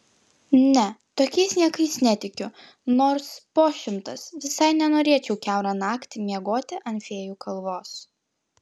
ne tokiais niekais netikiu nors po šimtas visai nenorėčiau kiaurą naktį miegoti ant fėjų kalvos